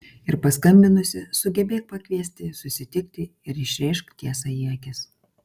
ir paskambinusi sugebėk pakviesti susitikti ir išrėžk tiesą į akis